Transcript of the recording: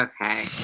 Okay